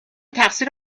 تقصیر